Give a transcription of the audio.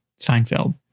Seinfeld